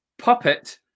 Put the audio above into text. puppet